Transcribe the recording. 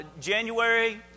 January